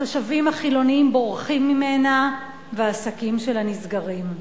התושבים החילונים בורחים ממנה והעסקים שלה נסגרים.